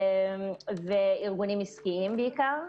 ארגונים עסקיים בעיקר.